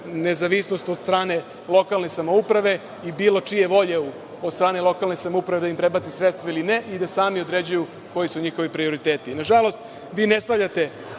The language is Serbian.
nezavisnost od strane lokalne samouprave i bilo čije volje od strane lokalne samouprave da im prebaci sredstva ili ne i da sami određuju koji su njihovi prioriteti. Na žalost, vi ne stavljate